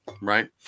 right